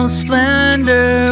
splendor